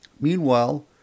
Meanwhile